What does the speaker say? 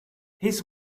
his